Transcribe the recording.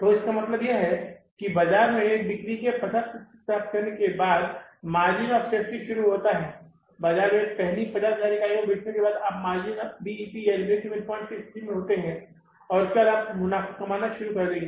तो इसका मतलब यह है कि बाजार में बिक्री के पचास प्रतिशत प्राप्त करने के बाद मार्जिन ऑफ़ सेफ्टी शुरू होता है बाजार में पहली 50000 इकाइयों को बेचने के बाद आप BEP की स्थिति में होते हैं उसके बाद आप मुनाफ़ा कमाना शुरू कर देंगे